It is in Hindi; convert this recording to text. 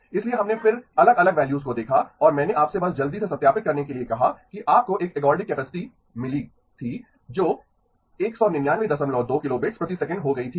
इसलिए हमने फिर अलग अलग वैल्यूज को देखा और मैंने आपसे बस जल्दी से सत्यापित करने के लिए कहा कि आपको एक एर्गोडिक कैपेसिटी मिली थी जो 1992 किलोबिट्स प्रति सेकंड हो गई थी